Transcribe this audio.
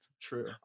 True